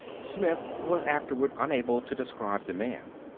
smith was afterward unable to describe the man.